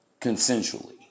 consensually